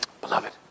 Beloved